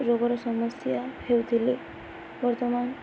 ରୋଗର ସମସ୍ୟା ହେଉଥିଲେ ବର୍ତ୍ତମାନ